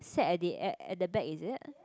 sad at the end at the back is it